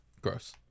Gross